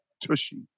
Tushy